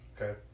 Okay